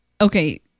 Okay